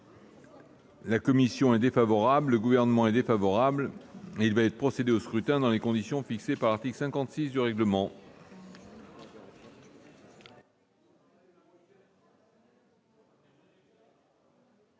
la commission est défavorable, de même que celui du Gouvernement. Il va être procédé au scrutin dans les conditions fixées par l'article 56 du règlement.